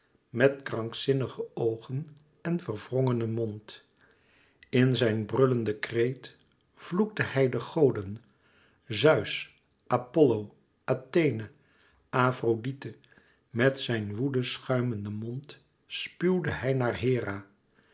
met krankzinnige oogen en verwrongenen mond in zijn brullenden kreet vloekte hij de goden zeus apollo athena afrodite met zijn woede schuimenden mond spuwde hij naar hera